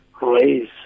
Raise